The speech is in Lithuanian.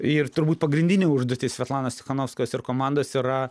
ir turbūt pagrindinė užduotis svetlanos tichanovskos ir komandos yra